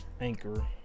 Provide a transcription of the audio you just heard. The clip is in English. Anchor